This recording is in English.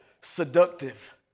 seductive